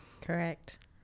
correct